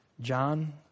John